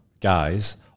guys